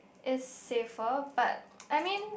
is safer but I mean